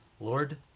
Lord